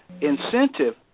incentive